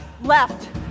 left